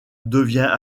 devient